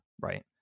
Right